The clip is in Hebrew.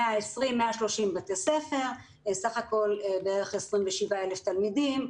לי 120-130 בתי ספר, סך הכול כ-27,000 תלמידים.